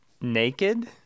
Naked